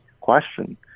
question